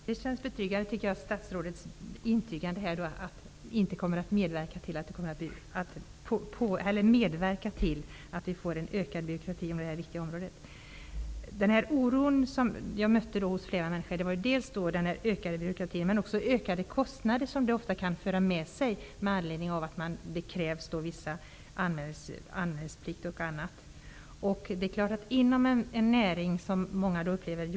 Herr talman! Statsrådets intygande att man inte kommer att medverka till att vi får ökad byråkrati på det här viktiga området känns betryggande. Hos flera människor mötte jag oron dels för ökad byråkrati, dels för de ökade kostnader det kan medföra att det t.ex. krävs anmälningsplikt.